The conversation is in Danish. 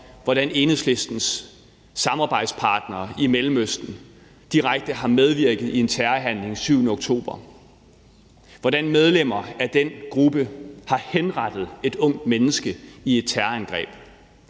hvordan Enhedslistens samarbejdspartnere i Mellemøsten direkte har medvirket i en terrorhandling den 7. oktober, og hvordan medlemmer af den gruppe har henrettet et ungt menneske i et terrorangreb.